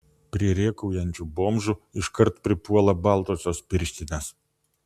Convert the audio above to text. prie rėkaujančių bomžų iškart pripuola baltosios pirštinės